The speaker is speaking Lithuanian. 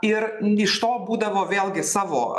ir iš to būdavo vėlgi savo